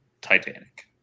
titanic